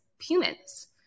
humans